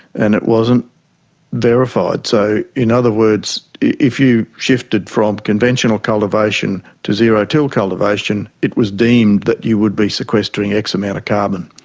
and it wasn't verified. so in other words, if you shifted from conventional cultivation to zero till cultivation, it was deemed that you would be sequestering x amount of carbon.